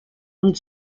und